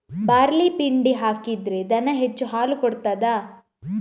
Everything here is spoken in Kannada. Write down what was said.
ಬಾರ್ಲಿ ಪಿಂಡಿ ಹಾಕಿದ್ರೆ ದನ ಹೆಚ್ಚು ಹಾಲು ಕೊಡ್ತಾದ?